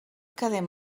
quedem